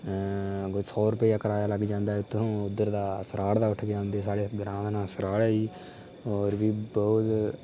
सौ रुपये कराया लग्गी जंदा ऐ उद्धरा उद्धर दा सराढ़ दा उट्ठियै औंदे साढ़े ग्रांऽ दा नांऽ सराढ़ ऐ जी और बी बहुत